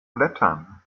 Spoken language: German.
blättern